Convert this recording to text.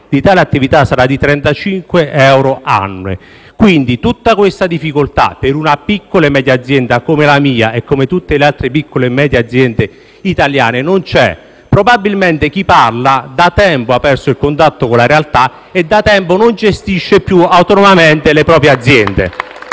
di tale attività sarà di 35 euro; quindi, tutta la difficoltà di cui parlate per una piccola e media azienda come la mia - e come tante altre piccole e medie aziende italiane - non esiste. Probabilmente, chi parla da tempo ha perso il contatto con la realtà, da tempo non gestisce più autonomamente le proprie aziende.